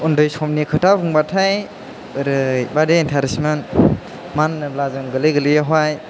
उन्दै समनि खोथा बुंबाथाय ओरै बायदि एनटारेस मोन मानो होनोब्ला जों गोरलै गोरलैयाव हाय